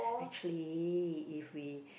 actually if we